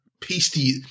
Pasty